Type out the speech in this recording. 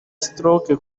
stroke